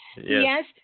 Yes